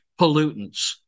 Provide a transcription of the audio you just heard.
pollutants